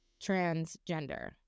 transgender